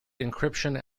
encryption